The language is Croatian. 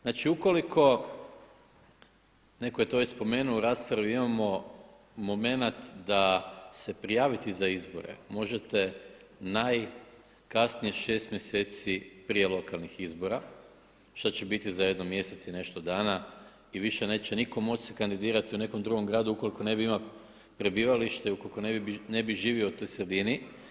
Znači ukoliko, neko je to već spomenuo u raspravi imamo moment da se prijaviti za izbore možete najkasnije 6 mjeseci prije lokalnih izbora što će biti za jedno mjesec i nešto dana i više neće nitko moći se kandirati u nekom drugom gradu ukoliko ne bi imamo prebivališta, ukoliko ne bi živio u toj sredini.